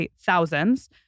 thousands